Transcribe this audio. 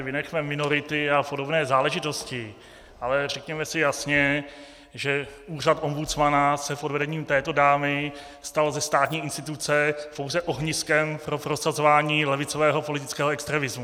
Vynechme minority a podobné záležitosti, ale řekněme si jasně, že úřad ombudsmana se pod vedením této dámy stal ze státní instituce pouze ohniskem pro prosazování levicového politického extremismu.